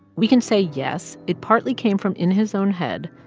we can say yes, it partly came from in his own head,